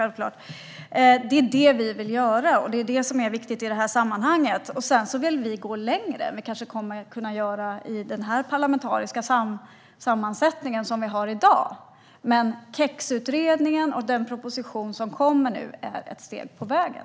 Detta är vad vi vill göra, och det är viktigt i sammanhanget. Men vi vill också gå längre, vilket vi kanske inte kommer att kunna göra i dagens parlamentariska sammansättning. KEX-utredningen och den proposition som nu kommer är ett steg på vägen.